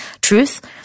truth